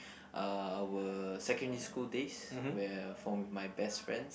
uh our secondary school days where I form with my best friends